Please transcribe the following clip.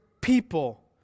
people